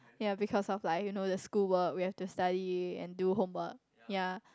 yea because of like you know the schoolwork we have to study and do homework yea